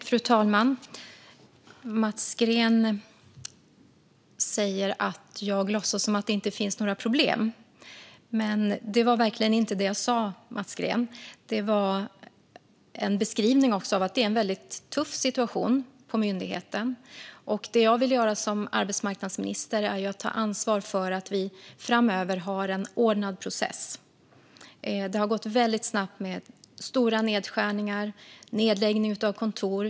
Fru talman! Mats Green säger att jag låtsas som att det inte finns några problem. Men det var verkligen inte det jag sa, Mats Green, utan det var en beskrivning av en väldigt tuff situation på myndigheten. Det jag vill göra som arbetsmarknadsminister är att ta ansvar för att vi framöver har en ordnad process. Det har gått väldigt snabbt med stora nedskärningar och nedläggning av kontor.